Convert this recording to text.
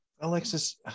Alexis